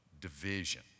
division